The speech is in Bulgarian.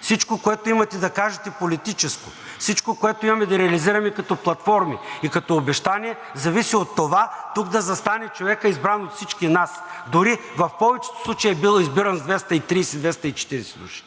Всичко, което имате да кажете – политическо, всичко, което имаме да реализираме като платформи и като обещание, зависи от това, тук да застане човекът, избран от всички нас, дори в повечето случаи е бил избиран с 230 – 240 души.